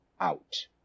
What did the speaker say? out